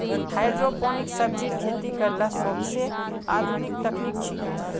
hydroponic सब्जिर खेती करला सोबसे आधुनिक तकनीक छिके